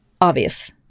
obvious